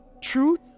truth